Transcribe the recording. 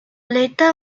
later